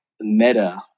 Meta